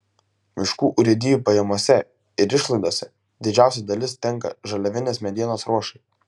miškų urėdijų pajamose ir išlaidose didžiausia dalis tenka žaliavinės medienos ruošai